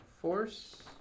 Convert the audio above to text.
Force